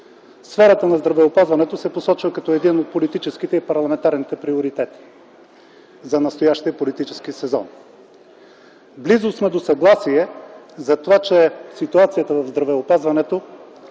Сферата на здравеопазването се посочва като един от политическите и парламентарните приоритети за настоящия политически сезон. Близо сме до съгласие затова, че ситуацията в здравеопазването